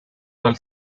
del